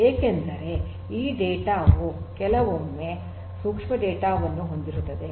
ಏಕೆಂದರೆ ಈ ಡೇಟಾ ವು ಕೆಲವೊಮ್ಮೆ ಸೂಕ್ಷ್ಮ ಡೇಟಾ ವನ್ನು ಹೊಂದಿರುತ್ತದೆ